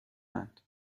اند